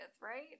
right